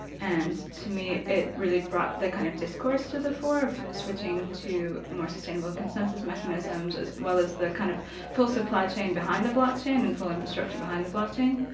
and to me it really brought the kind of discourse to the fore of switching to more sustainable consensus mechanisms, as well as the kind of full supply chain behind the blockchain and full infrastructure behind the blockchain.